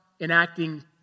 enacting